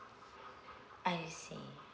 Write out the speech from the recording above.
I see